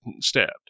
stabbed